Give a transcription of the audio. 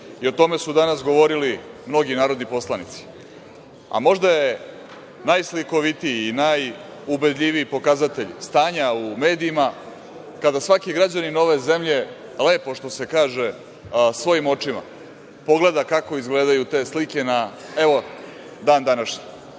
O tome su danas govorili mnogi narodni poslanici, a možda je najslikovitiji i najubedljiviji pokazatelj stanja u medijima kada svaki građanin ove zemlje lepo, što se kaže, svojim očima pogleda kako izgledaju te slike na, evo, dan